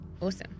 Awesome